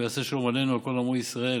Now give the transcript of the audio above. הוא יעשה שלום עלינו ועל כל עמו ישראל,